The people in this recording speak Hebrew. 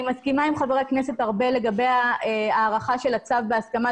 אני מסכימה עם חבר הכנסת ארבל לגבי הארכת הצו בהסכמה,